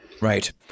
Right